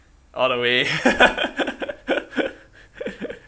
all the way